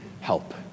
help